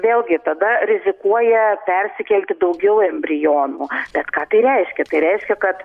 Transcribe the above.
vėlgi tada rizikuoja persikelti daugiau embrionų bet ką tai reiškia tai reiškia kad